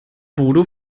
bodo